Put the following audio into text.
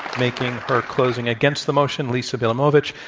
making her closing against the motion, lisa bielamowicz,